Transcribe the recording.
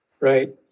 right